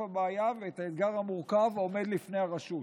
הבעיה ואת האתגר המורכב העומד בפני הרשות.